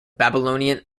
babylonian